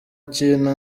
kintu